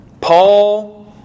Paul